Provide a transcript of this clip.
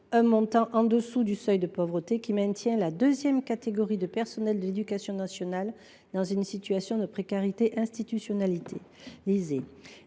rémunération inférieure au seuil de pauvreté. Cela maintient la deuxième catégorie de personnels d’éducation nationale dans une situation de précarité institutionnalisée.